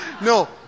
No